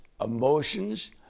emotions